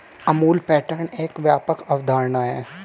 Amul pattern एक व्यापक अवधारणा है